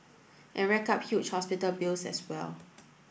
and rack up huge hospital bills as well